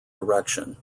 direction